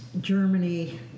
Germany